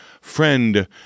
Friend